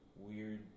weird